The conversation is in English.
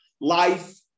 Life